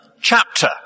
chapter